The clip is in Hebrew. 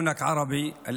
מעצם היותך ערבי,